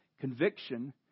Conviction